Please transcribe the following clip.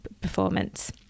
performance